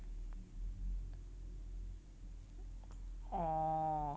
orh